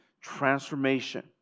transformation